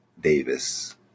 Davis